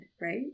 right